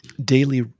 daily